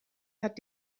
hat